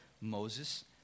moses